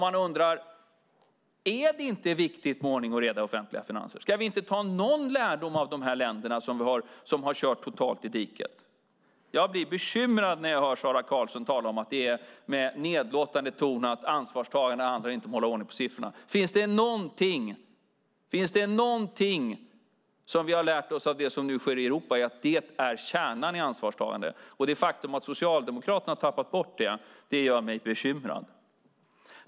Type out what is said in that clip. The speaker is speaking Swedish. Man undrar: Är det inte viktigt med ordning och reda i offentliga finanser? Ska vi inte ta någon lärdom av de länder som totalt har kört i diket? Jag blir bekymrad när jag hör Sara Karlsson i nedlåtande ton säga att ansvarstagande inte handlar om att hålla ordning på siffrorna. Finns det något vi har lärt oss av det som nu sker i Europa är det att detta är kärnan i ansvarstagandet. Det faktum att Socialdemokraterna har tappat bort det gör mig bekymrad.